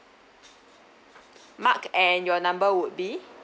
mark and your number would be